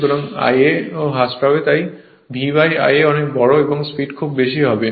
সুতরাং Ia ও হ্রাস পাবে তাই V Ia অনেক বড় এবং স্পিড খুব বেশি হবে